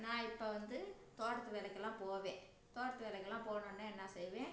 நான் இப்போ வந்து தோட்டத்து வேலைக்கெல்லாம் போவேன் தோட்டத்து வேலைக்கெல்லாம் போனவுட்னே என்ன செய்வேன்